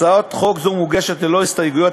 הצעת חוק זו מוגשת ללא הסתייגויות.